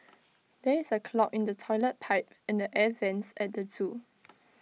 there is A clog in the Toilet Pipe and the air Vents at the Zoo